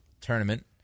tournament